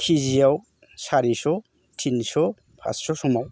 किजियाव सारिस' टिनस' फाच्च' समाव